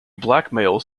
blackmails